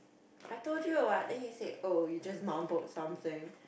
I told you what then you said oh you just mumbled something